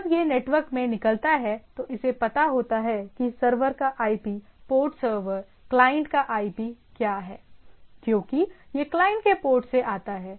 जब यह नेटवर्क में निकलता है तो इसे पता होता है कि सर्वर का आईपी पोर्ट सर्वर क्लाइंट का आईपी क्या हैक्योंकि यह क्लाइंट के पोर्ट से आता है